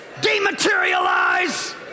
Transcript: dematerialize